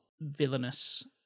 villainous